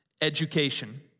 education